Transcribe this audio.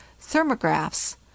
thermographs